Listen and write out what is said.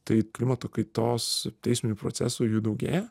tai klimato kaitos teisminių procesų jų daugėja